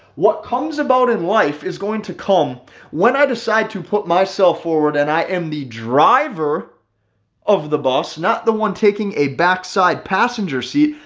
what comes about in life is going to come when i decide to put myself forward and i am the driver of the bus, not the one taking a backside passenger seat.